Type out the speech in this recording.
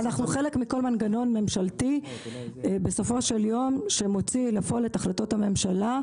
אנחנו חלק ממנגנון ממשלתי בסופו של יום שמוציא לפועל את החלטות הממשלה,